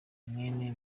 mwene